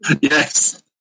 yes